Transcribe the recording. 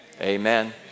Amen